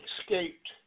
escaped